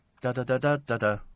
da-da-da-da-da-da